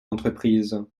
entreprises